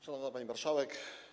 Szanowna Pani Marszałek!